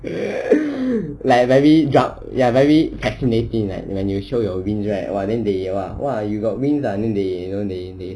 like very jo~ ya very cartoonic right when you show your wings right then they they !whoa! you got wings ah then they they